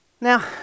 Now